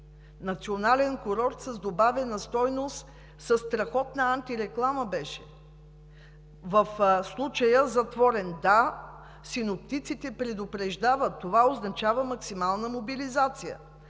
Национален курорт с добавена стойност със страхотна антиреклама беше! В случая – затворен, да! Синоптиците предупреждават и това означава максимална мобилизация.